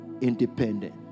independent